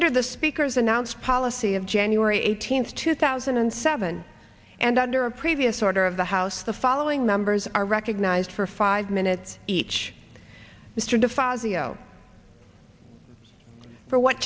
under the speaker's announced policy of january eighteenth two thousand and seven and under a previous order of the house the following numbers are recognized for five minutes each mr